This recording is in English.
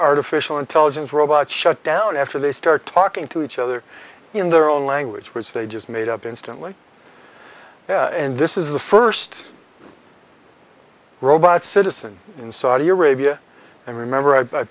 artificial intelligence robot shut down after they start talking to each other in their own language which they just made up instantly and this is the first robot citizen in saudi arabia and remember i